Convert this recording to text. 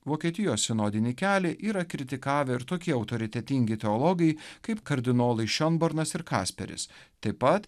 vokietijos sinodinį kelią yra kritikavę ir tokie autoritetingi teologai kaip kardinolai šiombarnas ir kaperis taip pat